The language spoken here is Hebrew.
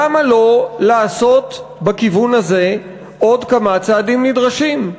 למה לא לעשות בכיוון הזה עוד כמה צעדים נדרשים?